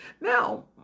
Now